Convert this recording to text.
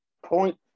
Point